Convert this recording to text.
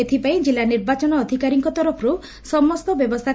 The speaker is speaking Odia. ଏଥିପାଇଁ ଜିଲ୍ଲୁ ନିର୍ବାଚନ ଅଧିକାରୀଙ୍କ ତରଫରୁ ସମସ୍ତ ବ୍ୟବସ୍ରୁ